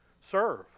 Serve